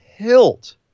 Hilt